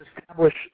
establish